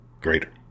greater